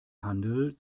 handel